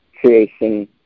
creation